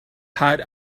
had